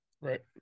right